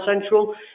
Central